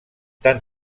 tan